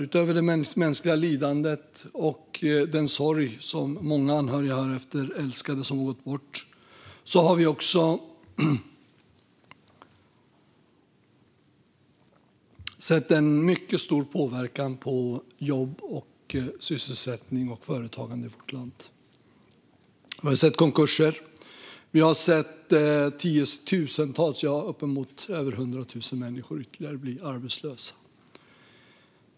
Utöver det mänskliga lidandet och den sorg som många anhöriga har drabbats av efter att älskade har gått bort har vi sett en mycket stor påverkan på jobb, sysselsättning och företagande i vårt land. Vi har sett konkurser, och vi har sett ytterligare tiotusentals - ja, uppemot hundra tusen - människor bli arbetslösa.